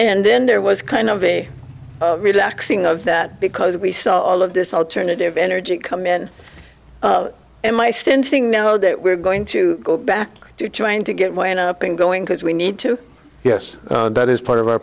and then there was kind of a relaxing of that because we saw all of this alternative energy come in and my stinting know that we're going to go back to trying to get one up and going because we need to yes that is part of our